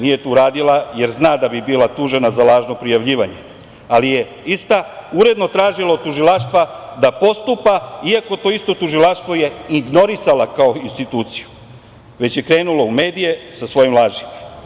Nije to uradila, jer zna da bi bila tužena za lažno prijavljivanje, ali je ista uredno tražila od tužilaštva da postupa iako to isto tužilaštvo je ignorisala kao instituciju, već je krenula u medije sa svojim lažima.